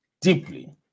deeply